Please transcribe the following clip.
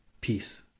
Peace